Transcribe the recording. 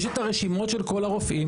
יש את הרשימות של כל הרופאים.